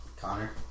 Connor